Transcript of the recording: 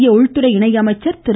மத்திய உள்துறை இணையமைச்சர் திரு